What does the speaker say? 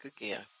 again